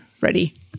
ready